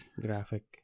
graphic